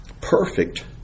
Perfect